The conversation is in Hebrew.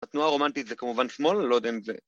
התנועה הרומנטית זה כמובן שמאל, אני לא יודע אם זה...